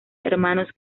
hermanos